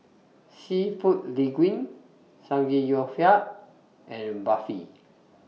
Seafood Linguine Samgeyopsal and Barfi